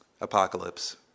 apocalypse